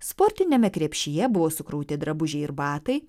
sportiniame krepšyje buvo sukrauti drabužiai ir batai